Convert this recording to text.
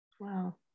Wow